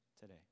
today